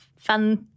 fun